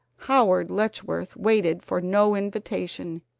howard letchworth waited for no invitation.